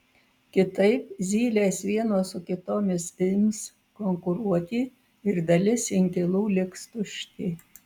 kitaip zylės vienos su kitomis ims konkuruoti ir dalis inkilų liks tušti